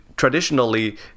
Traditionally